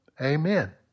Amen